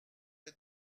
est